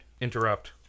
interrupt